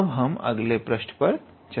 अब हम अगले पृष्ठ पर चलते हैं